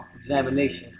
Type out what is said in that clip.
examination